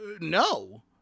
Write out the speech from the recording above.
no